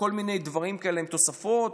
כל מיני דברים כאלה עם תוספות.